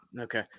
Okay